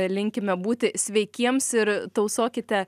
linkime būti sveikiems ir tausokite